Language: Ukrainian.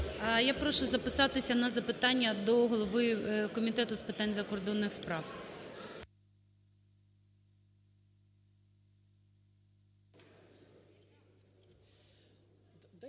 Я прошу записатися на запитання до голови Комітету з питань закордонних справ.